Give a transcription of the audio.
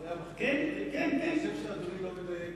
אני חושב שאדוני לא מדייק.